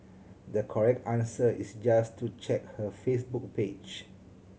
the correct answer is just to check her Facebook page